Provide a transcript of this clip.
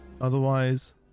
Otherwise